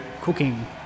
cooking